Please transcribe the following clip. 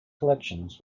collections